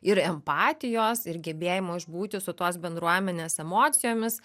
ir empatijos ir gebėjimo išbūti su tos bendruomenės emocijomis